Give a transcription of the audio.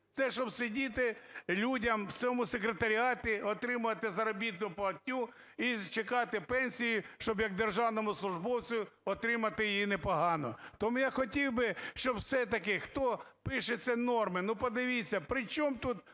Те, щоб сидіти людям в цьому секретаріаті, отримувати заробітну платню і чекати пенсії, щоб як державному службовцю отримати її непогану. Тому я хотів би, щоб все-таки, хто пише ці норми, ну, подивіться, причому тут